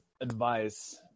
advice